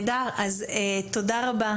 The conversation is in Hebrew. רבה,